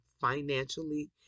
financially